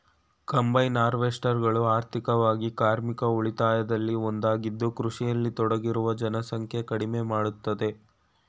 combine ಹಾರ್ವೆಸ್ಟರ್ಗಳು ಆರ್ಥಿಕವಾಗಿ ಕಾರ್ಮಿಕ ಉಳಿತಾಯದಲ್ಲಿ ಒಂದಾಗಿದ್ದು ಕೃಷಿಯಲ್ಲಿ ತೊಡಗಿರುವ ಜನಸಂಖ್ಯೆ ಕಡಿಮೆ ಮಾಡ್ತದೆ